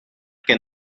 que